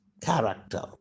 character